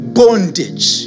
bondage